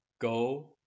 Go